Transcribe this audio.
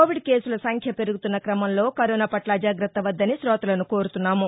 Covid కేసులసంఖ్య పెరుగుతున్న క్రమంలో కరోనాపట్ల అజాగ్రత్త వద్దని కోతలను కోరుతున్నాము